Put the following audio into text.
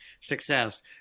success